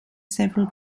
several